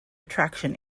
attraction